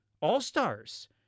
all-stars